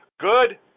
good